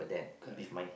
correct